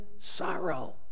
sorrow